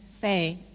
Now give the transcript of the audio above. say